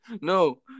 no